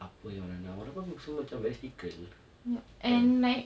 apa yang orang nak orang pun semua macam very fickle